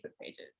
pages